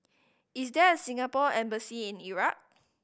is there a Singapore Embassy in Iraq